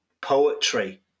poetry